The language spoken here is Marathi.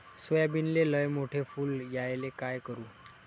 सोयाबीनले लयमोठे फुल यायले काय करू?